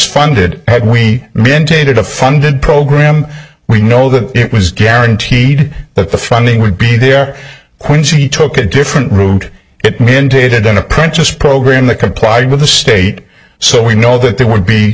funded had we been tainted a funded program we know that it was guaranteed that the funding would be there when she took a different route it mandated an apprentice program that complied with the state so we know that there would be